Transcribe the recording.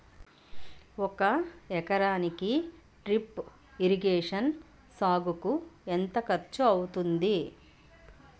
ఒక ఎకరానికి drip irrigation సాగుకు ఎంత ఖర్చు అవుతుంది?